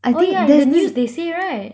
oh yeah in the news they say right